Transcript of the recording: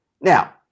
Now